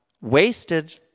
wasted